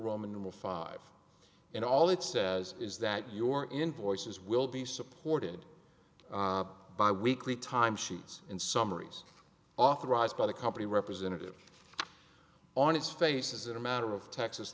numeral five and all it says is that your invoices will be supported by weekly time sheets and summaries authorized by the company representative on its face is a matter of texas